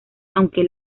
aunque